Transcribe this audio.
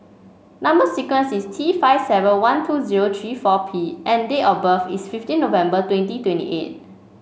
number sequence is T five seven one two zero three four P and date of birth is fifteen November twenty twenty eight